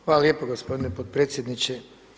Hvala lijepo gospodine potpredsjedniče.